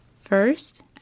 First